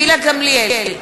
גילה גמליאל,